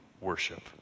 worship